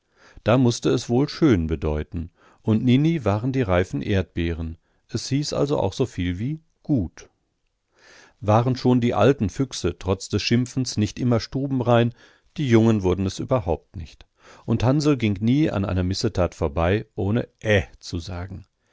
da mußte es wohl schön bedeuten und nini waren die reifen erdbeeren es hieß also auch so viel wie gut waren schon die alten füchse trotz alles schimpfens nicht immer stubenrein die jungen wurden es überhaupt nicht und hansl ging nie an einer missetat vorbei ohne ä zu sagen